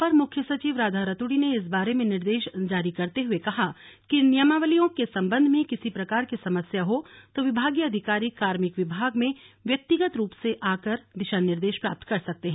अपर मुख्य सचिव राधा रतूड़ी ने इस बारे में निर्देश जारी करते हुए कहा कि नियमावलियों के संबंध में किसी प्रकार की समस्या हो तो विभागीय अधिकारी कार्मिक विभाग में व्यक्तिगत रूप से आकर दिशा निर्देश प्राप्त कर सकते हैं